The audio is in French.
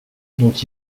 dont